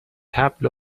طبل